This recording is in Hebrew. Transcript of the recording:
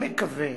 "אני מקווה